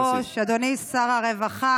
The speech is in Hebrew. אדוני היושב-ראש, אדוני שר הרווחה,